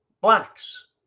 Blacks